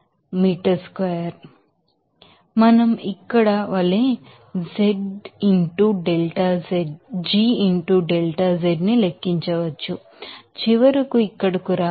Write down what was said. కాబట్టి మనం ఇక్కడ వలె g into delta z ని లెక్కించవచ్చు చివరకు ఇక్కడకు రావడానికి 9